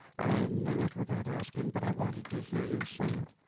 i knew it without asking, but i wanted to hear you say it.